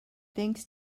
thanks